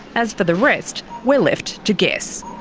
as for the rest, we're left to guess.